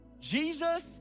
Jesus